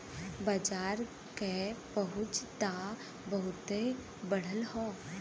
बाजार के पहुंच त बहुते बढ़ल हौ